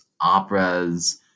operas